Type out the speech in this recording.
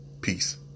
peace